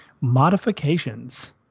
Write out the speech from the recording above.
Modifications